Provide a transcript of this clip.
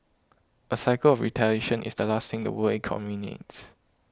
a cycle of retaliation is the last thing the world economy needs